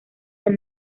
del